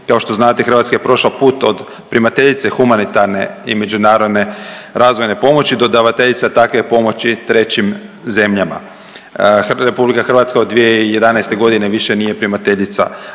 Kao što znate Hrvatska je prošla put od primateljice humanitarne i međunarodne razvojne pomoći do davateljica takve pomoći trećim zemljama. Republika Hrvatska od 2011. godine više nije primateljica